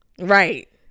Right